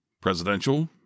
presidential